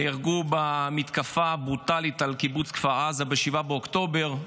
נהרגו במתקפה הברוטלית על קיבוץ כפר עזה ב-7 באוקטובר.